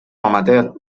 amateur